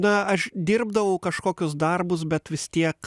na aš dirbdavau kažkokius darbus bet vis tiek